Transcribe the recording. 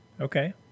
Okay